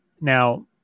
Now